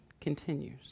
continues